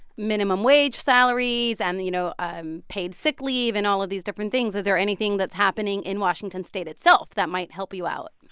minimum wage salaries and the you know, paid sick leave and all of these different things. is there anything that's happening in washington state itself that might help you out?